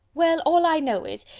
well, all i know is,